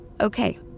Okay